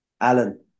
Alan